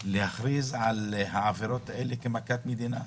היא להכריז על העבירות האלה כמכת מדינה.